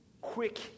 quick